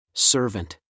Servant